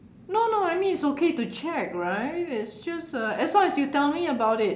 no no I mean it's okay to check right it's just uh as long as you tell me about it